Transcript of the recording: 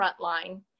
frontline